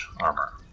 armor